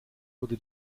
wurde